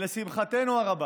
ולשמחתנו הרבה